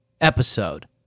episode